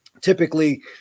typically